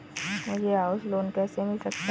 मुझे house loan कैसे मिल सकता है?